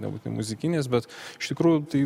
nebūtinai muzikinės bet iš tikrųjų tai